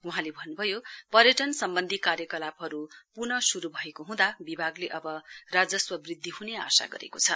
वहाँले भन्नुभयो पर्यटन सम्वन्धी कार्यकलापहरु पुन शुरु भएको हुँदा विभागले अब राजस्व वृध्दि हुने आशा गरेको छ